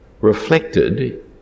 reflected